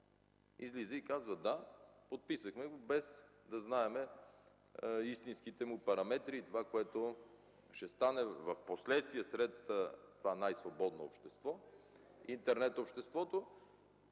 излиза и казва: „Да, подписахме го, без да знаем истинските му параметри и това, което ще стане впоследствие в това най-свободно общество – интернет обществото”.